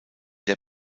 der